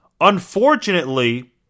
Unfortunately